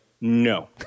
no